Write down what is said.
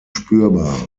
spürbar